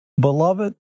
beloved